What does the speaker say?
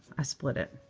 i split it.